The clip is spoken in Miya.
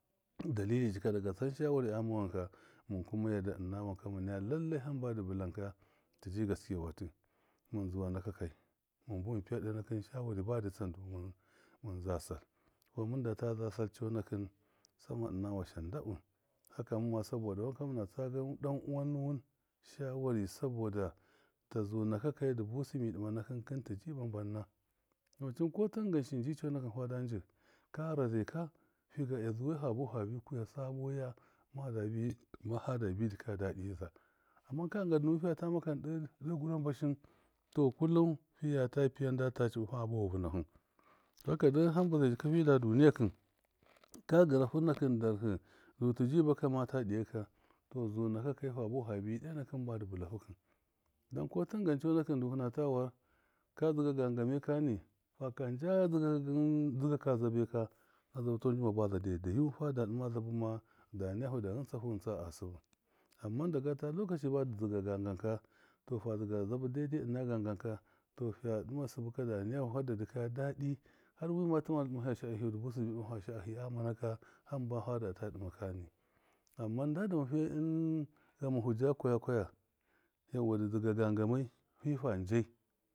Dalili jika daga tsan shawariya ghama wanka, mɨn kuma yarda ɨna wanka, mɨn kuma naya lallai hamba di blanka, ji gaskewatɨ mɨn zuwa nakakai, mɨn buwɨn piya de nakɨn shawari badɨ tsan du mɨn- mɨn zasal kuma mɨn data za cɔnaki sama ɨna washashan ndabɨ haka sabɔda wanka mɨmma mɨna tsagan dan. uwa nuwɨn shawa sabɔda ta- zu nakakai dɨ busɨ mi dɨma nakɨkɨn sabɔda tiji ba mbanna, dɔmacɨn kɔtangan shɨn ji cɔnakṫn fada nji ka ghara zai ka figa lya zuwai fa bafu fabi kuya sabɔya ma fadabi dɨ kaya daɗiza amma ka dɨnga du fiya ta maka ndɨ de gurambe shɨn tɔ kullum fiyata piya nda ta cɨbɨ fa bafu vɨnahu haka dan hamba zai jika mida duniyakɨn ka gɨrahu nakɨn darhɨ du tiji ba kamata diyakɨ ka to zu nakakai fa buwafu fabi ɗiya nakɨn badɨ bɨlafu kɨn dank o tangan cɔnakṫn du hɨnta warka dzɨga gangamai kani faka nda dzɨgaka zabai ka a zabɨ tafu ndima baza dai degu, fada dɨma zabɨ mada naja fu da ghɨntsafu ghɨnɨsa a sɨbɨ amman dagata lɔkaci badɨ dzɨga gangan ka to fa dzṫɨa zabɨ dzɨga gangan kato fa dzɨga zabṫ dai dai ɨna gangan ka fiya dɨma sɨbɨ ka da nayafu hardɨ dɨkaya daɗɨ har wiyama tɨmalu dɨmafa sha. a hɨyu, dɨ busɨ dɨbɨ dɨmafa sha. ahi aghama naka hamba fadata dɨma kani amman nda dama fiya ɨn- ghamufu ja kwaya kwajai yauwa dɨ dziga gangamai fan jai.